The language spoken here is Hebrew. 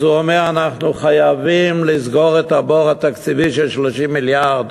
אז הוא אמר: אנחנו חייבים לסגור את הבור התקציבי של 30 מיליארד,